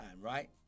right